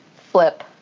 flip